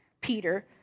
Peter